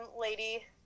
lady